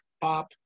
pop